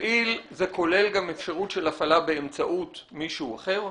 תפעיל זה כולל גם אפשרות של הפעלה באמצעות מישהו אחר?